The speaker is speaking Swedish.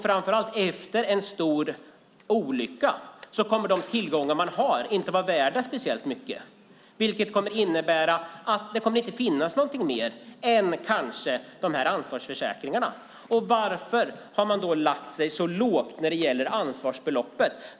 Framför allt efter en stor olycka kommer inte de tillgångar som de har att vara värda speciellt mycket, vilket kommer att innebära att det inte kommer att finnas något mer än kanske ansvarsförsäkringarna. Varför har man då lagt sig så lågt när det gäller ansvarsbeloppet?